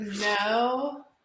no